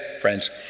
friends